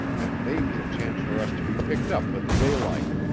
and maybe a chance for us to be picked up with the daylight.